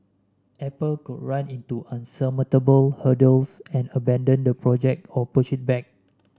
apple could run into insurmountable hurdles and abandon the project or push it back